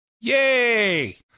Yay